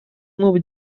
новой